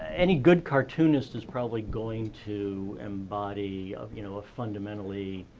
any good cartoonist is probably going to embody, you know, a fundamentally